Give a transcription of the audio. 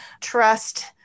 trust